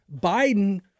Biden